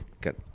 got